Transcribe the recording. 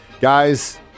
Guys